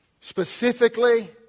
specifically